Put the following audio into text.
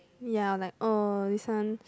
ya like oh this one